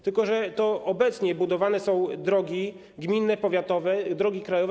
Tylko że to obecnie budowane są drogi gminne, powiatowe, drogi krajowe.